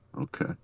Okay